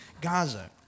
Gaza